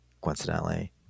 coincidentally